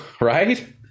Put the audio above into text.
right